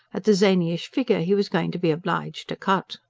at the zanyish figure he was going to be obliged to cut.